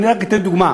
אני רק אתן דוגמה: